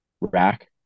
rack